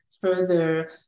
further